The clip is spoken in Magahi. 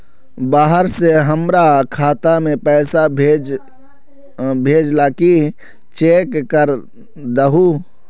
बाहर से हमरा खाता में पैसा भेजलके चेक कर दहु?